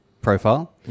profile